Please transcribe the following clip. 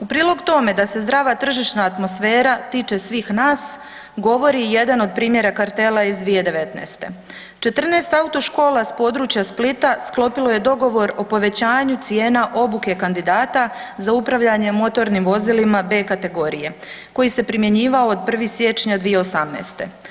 U prilog tome da se zdrava tržišna atmosfera tiče svih nas govori jedan od primjera kartela iz 2019., 14 autoškola s područja Splita sklopilo je dogovor o povećanju cijena obuke kandidata za upravljanje motornim vozilima B kategorije koji se primjenjivao od 1. siječnja 2018.